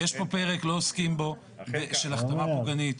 יש פה פרק, לא עוסקים בו, של החתמה פוגענית.